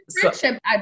friendship